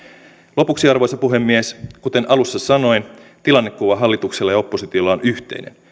lopuksi arvoisa puhemies kuten alussa sanoin tilannekuva hallituksella ja oppositiolla on yhteinen